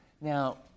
Now